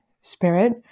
spirit